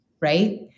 right